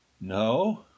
No